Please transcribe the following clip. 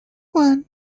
one